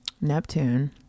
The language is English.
Neptune